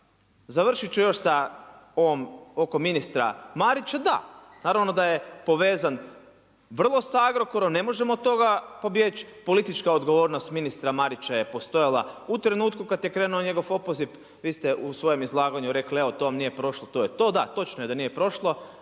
Završiti ću još sa ovom oko ministra Marića, da, naravno da je povezan vrlo sa Agrokorom, ne možemo od toga pobjeći, politička odgovornost ministra Marića je postojala u trenutku kada je krenuo njegov opoziv, vi ste u svojem izlaganju rekli evo to vam nije prošlo, to je to. Da, točno je da nije prošlo